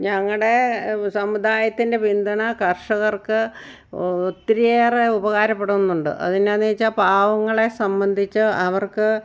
ഞങ്ങളുടെ സമുദായത്തിൻ്റെ പിന്തുണ കർഷകർക്ക് ഒത്തിരിയേറെ ഉപകാരപ്പെടുന്നുണ്ട് അത് എന്നാന്ന് ചോദിച്ചാൽ പാവങ്ങളെ സംബന്ധിച്ച് അവർക്ക്